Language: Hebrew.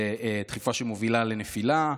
זה דחיפה שמובילה לנפילה?